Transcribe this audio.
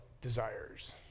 desires